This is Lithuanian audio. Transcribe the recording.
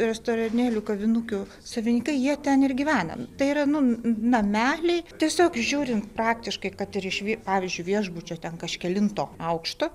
restoranėlių kavinukių savininkai jie ten ir gyvename tai yra nu nameliai tiesiog žiūrint praktiškai kad ir iš vie pavyzdžiui viešbučio ten kažkelinto aukšto